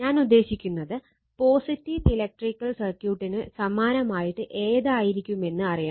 ഞാൻ ഉദ്ദേശിക്കുന്നത് positive electrical സർക്യൂട്ടിന് സമാനമായിട്ട് ഏതായിരിക്കുമെന്ന് അറിയണം